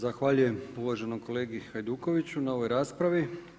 Zahvaljujem uvaženom kolegi Hajdukoviću na ovoj raspravi.